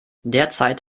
derzeit